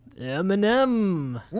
Eminem